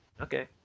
Okay